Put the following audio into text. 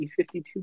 E52